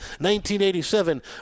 1987